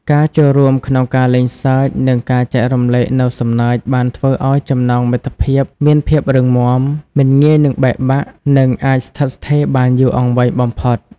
ការចូលរួមក្នុងការលេងសើចនិងការចែករំលែកនូវសំណើចបានធ្វើឱ្យចំណងមិត្តភាពមានភាពរឹងមាំ មិនងាយនឹងបែកបាក់ និងអាចស្ថិតស្ថេរបានយូរអង្វែងបំផុត។